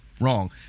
wrong